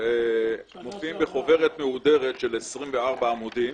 מופיעים בחוברת מהודרת של 24 ועמודים,